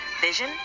vision